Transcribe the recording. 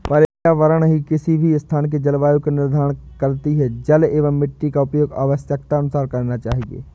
पर्यावरण ही किसी भी स्थान के जलवायु का निर्धारण करती हैं जल एंव मिट्टी का उपयोग आवश्यकतानुसार करना चाहिए